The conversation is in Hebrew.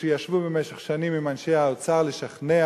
הם ישבו במשך שנים עם אנשי האוצר לשכנע